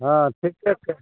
हँ ठीके छै